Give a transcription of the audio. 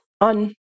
on